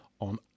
on